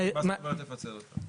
מה זאת אומרת לפצל אותם?